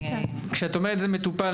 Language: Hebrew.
כשאת אומרת זה מטופל,